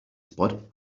spot